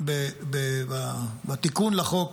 בתיקון לחוק